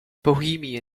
bohemian